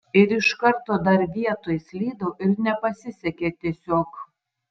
ir iš karto dar vietoj slydau ir nepasisekė tiesiog